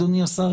אדוני השר,